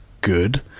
Good